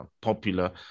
popular